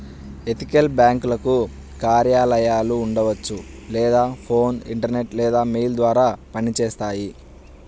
ethical బ్యేంకులకు కార్యాలయాలు ఉండవచ్చు లేదా ఫోన్, ఇంటర్నెట్ లేదా మెయిల్ ద్వారా పనిచేస్తాయి